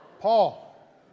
Paul